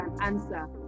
answer